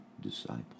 disciple